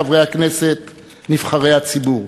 חברי הכנסת נבחרי הציבור,